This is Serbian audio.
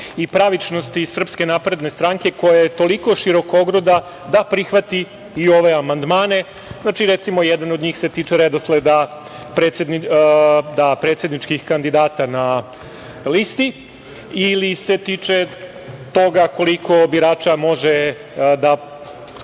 i pravičnosti SNS, koja je toliko širokogruda da prihvati i ove amandmane. Znači, recimo, jedan od njih se tiče redosleda predsedničkih kandidata na listi ili se tiče toga koliko birača može da